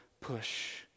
push